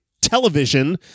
Television